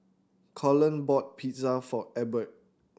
Cullen bought Pizza for Ebert